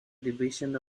division